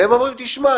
והם אומרים: תשמע,